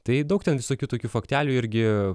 tai daug ten visokių tokių faktelių irgi